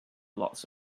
lots